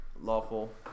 lawful